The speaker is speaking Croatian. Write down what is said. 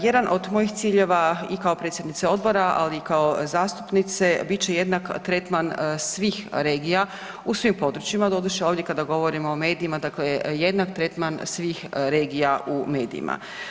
Jedan od mojih ciljeva i kao predsjednica odbora, ali i kao zastupnice bit će jednak tretman svih regija u svim područjima, doduše, ovdje kada govorimo o medijima, dakle, jednak tretman svih regija u medijima.